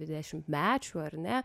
dvidešimtmečių ar ne